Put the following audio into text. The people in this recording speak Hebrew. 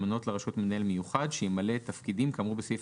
למנות לרשות מנהל מיוחד שימלא תפקידים כאמור בסעיף